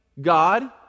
God